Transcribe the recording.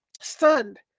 Stunned